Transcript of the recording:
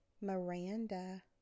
Miranda